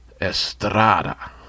Estrada